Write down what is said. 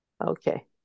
okay